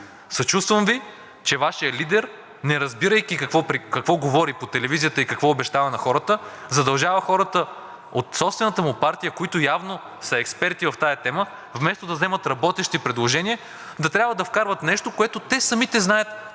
Съчувствам Ви, че Вашият лидер, не разбирайки какво говори по телевизията и какво обещава на хората, задължава хората от собствената му партия, които явно са експерти в тази тема, вместо да вземат работещи предложения, да трябва да вкарват нещо, което те самите знаят